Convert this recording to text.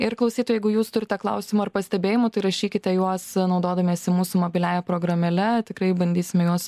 ir klausytojai jeigu jūs turite klausimų ar pastebėjimų tai rašykite juos naudodamiesi mūsų mobiliąja programėle tikrai bandysime juos